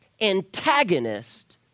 antagonist